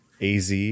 AZ